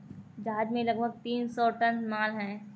जहाज में लगभग तीन सौ टन माल है